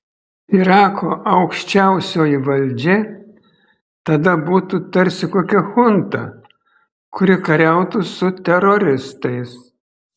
irako aukščiausioji valdžia tada būtų tarsi kokia chunta kuri kariautų su teroristais